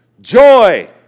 Joy